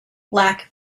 black